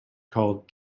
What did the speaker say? called